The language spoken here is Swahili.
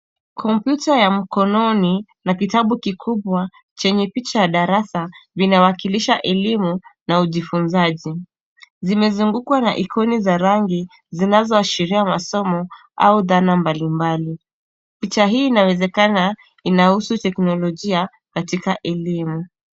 Komputa ya mkononi na kitabu kikubwa, chenye picha ya darasa, vinawakilisha elimu, na ujifunzaji. Zimezungukwa na ikoni za rangi, zinazoashiria masomo au dhana mbali mbali. Picha hii inawezekana inahusu teknologia katika elimu.